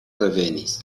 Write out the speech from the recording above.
revenis